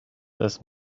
this